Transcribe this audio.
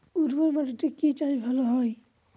উর্বর মাটিতে কি চাষ ভালো হয়?